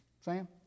Sam